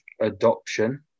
adoption